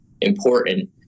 important